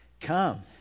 Come